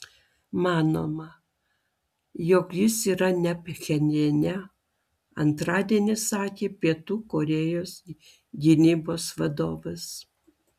manoma jog jis yra ne pchenjane antradienį sakė pietų korėjos gynybos vadovas